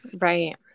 Right